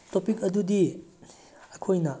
topic ꯑꯗꯨꯗꯤ ꯑꯩꯈꯣꯏꯅ